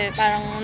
parang